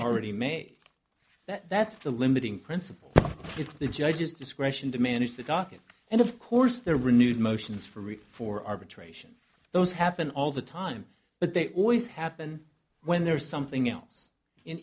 already made that that's the limiting principle it's the judge's discretion to manage the docket and of course the renewed motions for me for arbitration those happen all the time but they always happen when there is something else in